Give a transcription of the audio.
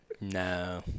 No